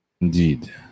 indeed